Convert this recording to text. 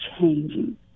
changing